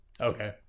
Okay